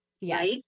Yes